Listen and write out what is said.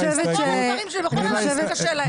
עכשיו זכות ההסתייגות לחברת הכנסת רייטן.